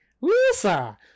Lisa